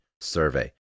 survey